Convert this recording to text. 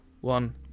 One